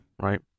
right